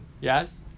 Yes